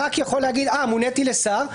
חבר כנסת יכול להגיד: מוניתי לשר,